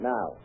Now